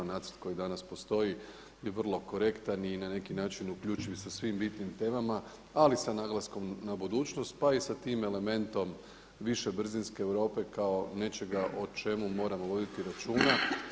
Nacrt koji danas postoji je vrlo korektan i na neki način uključiv i sa svim bitnim temama ali sa naglaskom na budućnost pa i sa tim elementom više brzinske Europe kao nečega o čemu moramo voditi računa.